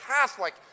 Catholic